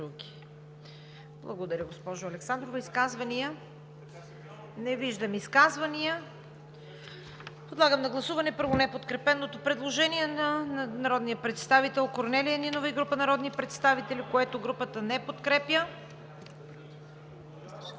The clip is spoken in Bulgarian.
Благодаря Ви, госпожо Александрова. Изказвания? Не виждам. Подлагам на гласуване първо неподкрепеното предложение на народния представител Корнелия Нинова и група народни представители, което Комисията не подкрепя. (Реплики.)